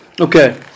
Okay